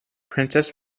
princess